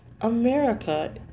America